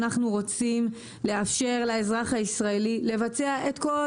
אנחנו רוצים לאפשר לאזרח הישראלי לבצע את כל